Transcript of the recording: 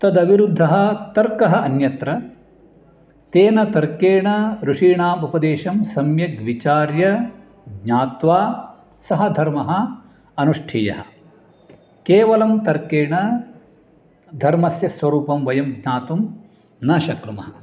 तद् अविरुद्धः तर्कः अन्यत्र तेन तर्केण ऋषीणाम् उपदेशं सम्यक् विचार्य ज्ञात्वा सः धर्मः अनुष्ठेयः केवलं तर्केण धर्मस्य स्वरूपं वयं ज्ञातुं न शक्नुमः